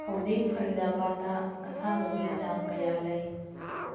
ꯍꯧꯖꯤꯛ ꯐꯔꯤꯗꯥꯕꯥꯗꯗ ꯑꯁꯥꯕꯒꯤ ꯆꯥꯡ ꯀꯌꯥ ꯂꯩ